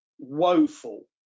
woeful